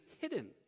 hidden